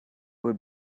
would